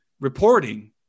Reporting